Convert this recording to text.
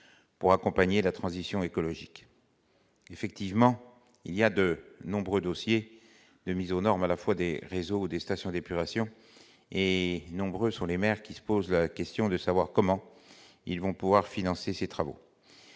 pour accompagner la transition écologique, effectivement, il y a de nombreux dossiers de mise aux normes, à la fois des réseaux, des stations d'épuration et nombreuses sont les maires qui se pose la question de savoir comment ils vont pouvoir financer ces travaux